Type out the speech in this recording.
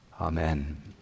Amen